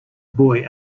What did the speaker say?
boy